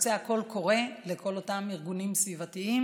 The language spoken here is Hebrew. יוצא קול קורא לכל אותם ארגונים סביבתיים